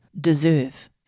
deserve